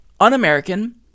un-American